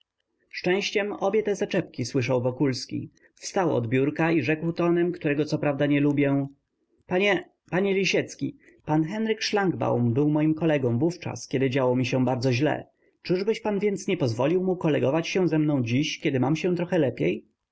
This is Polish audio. szczęściem obie te zaczepki słyszał wokulski wstał od biurka i rzekł tonem którego co prawda nie lubię panie panie lisiecki pan henryk szlangbaum był moim kolegą wówczas kiedy działo mi się bardzo źle czybyś więc pan nie pozwolił mu kolegować ze mną dziś kiedy mam się trochę lepiej